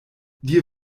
dir